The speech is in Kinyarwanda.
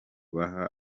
baha